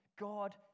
God